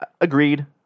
Agreed